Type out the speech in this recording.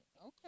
Okay